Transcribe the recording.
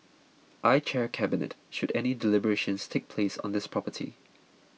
I chair Cabinet should any deliberations take place on this property